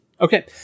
okay